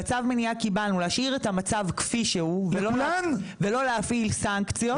בצו מניעה קיבלנו להשאיר את המצב כפי שהוא ולא להפעיל סנקציות.